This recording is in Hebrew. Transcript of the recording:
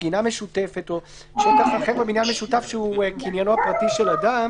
גינה משותפת או שטח אחר בבניין משותף שהוא קניינו הפרטי של אדם,